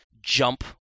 jump